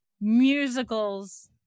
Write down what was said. musicals